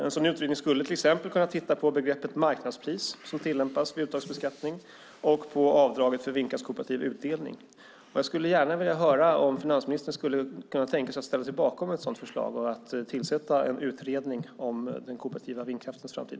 En sådan utredning skulle till exempel kunna titta på begreppet "marknadspris" som tillämpas vid uttagsbeskattning och på avdraget för vindkraftskooperativ utdelning. Jag skulle gärna vilja höra om finansministern skulle kunna tänka sig att ställa sig bakom förslaget att tillsätta en utredning om den kooperativa vindkraftens framtid.